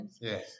Yes